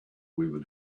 women